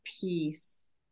peace